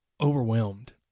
overwhelmed